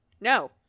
No